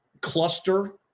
cluster